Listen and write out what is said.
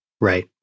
Right